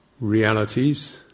realities